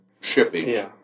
shipping